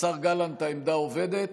השר גלנט, העמדה עובדת?